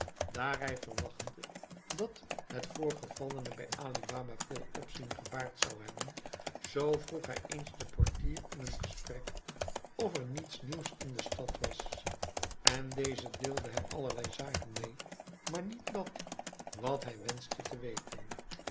hij verwachtte dat het voorgevallene bij ali baba veel opzien gebaard zou hebben zoo vroeg hij eens den portier in een gesprek of er niets nieuws in de stad was en deze deelde hem allerlei zaken mee maar niet dat wat hij wenschte te weten